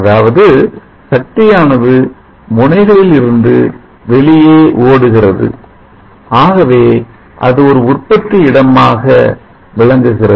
அதாவது சக்தியானது முனைகளில் இருந்து வெளியே ஓடுகிறது ஆகவே அது ஒரு உற்பத்தி இடமாக விளங்குகிறது